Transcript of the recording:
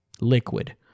Liquid